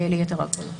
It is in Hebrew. ליתר הדברים.